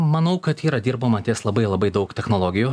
manau kad yra dirbama ties labai labai daug technologijų